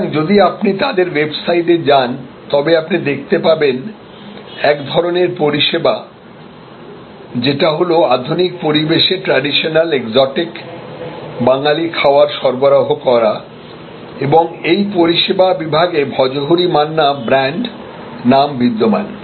সুতরাং যদি আপনি তাদের ওয়েবসাইটে যান তবে আপনি দেখতে পাবেন এক ধরনের পরিষেবা যেটা হলো আধুনিক পরিবেশে ট্র্যাডিশনাল এগজোটিক বাঙালি খাবার সরবরাহ করা এবং এই পরিষেবা বিভাগে ভজহরি মান্না ব্র্যান্ড নাম বিদ্যমান